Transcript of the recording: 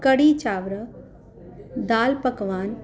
कढ़ी चांवर दाल पकवान